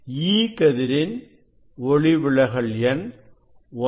E கதிரின் ஒளிவிலகல் எண் 1